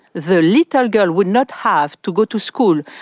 the little girl would not have to go to school,